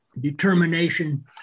determination